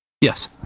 Yes